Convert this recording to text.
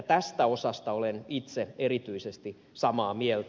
tästä osasta olen itse erityisesti samaa mieltä